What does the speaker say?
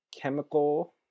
chemical